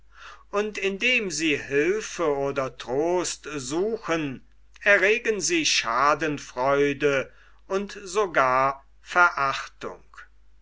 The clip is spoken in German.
und indem sie hülfe oder trost suchen erregen sie schadenfreude und sogar verachtung